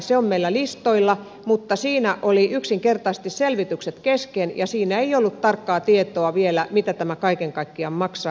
se on meillä listoilla mutta siinä olivat yksinkertaisesti selvitykset kesken ja siinä ei ollut tarkkaa tietoa vielä mitä tämä kaiken kaikkiaan maksaa